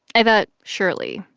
i thought, surely,